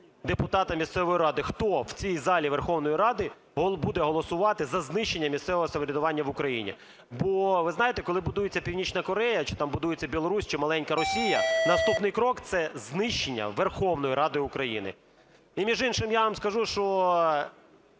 депутата місцевої ради, хто в цій залі Верховної Ради буде голосувати за знищення місцевого самоврядування в Україні. Бо, ви знаєте, коли будується Північна Корея чи там будується Білорусь, чи маленька Росія, наступний крок – це знищення Верховної Ради України. І між іншим, я вам скажу, що